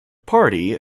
party